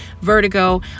vertigo